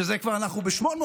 כשאנחנו כבר ב-800,000,